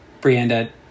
Brianda